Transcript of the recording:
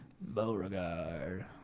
Beauregard